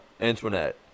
Antoinette